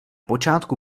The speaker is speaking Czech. počátku